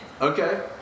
Okay